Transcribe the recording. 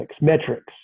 metrics